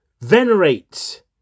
venerate